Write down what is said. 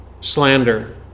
slander